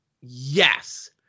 Yes